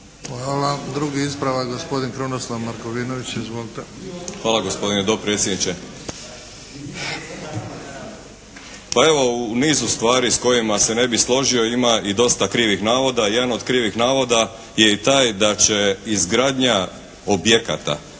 Hvala. Drugi ispravak gospodin Krunoslav Markovinović. Izvolite. **Markovinović, Krunoslav (HDZ)** Hvala gospodine dopredsjedniče. Pa evo u nizu stvari s kojima se ne bih složio ima i dosta krivih navoda. Jedan od krivih navoda je i taj da će izgradnja objekata